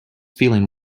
feeling